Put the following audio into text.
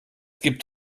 gibt